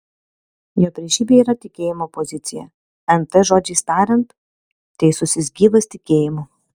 jo priešybė yra tikėjimo pozicija nt žodžiais tariant teisusis gyvas tikėjimu